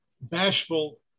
bashful